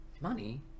Money